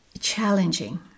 challenging